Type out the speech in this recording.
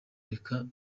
reka